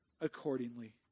accordingly